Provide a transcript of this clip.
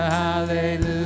hallelujah